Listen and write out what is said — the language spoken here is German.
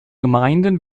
gemeinden